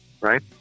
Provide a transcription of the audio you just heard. right